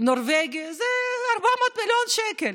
נורבגי, זה 400 מיליון שקל.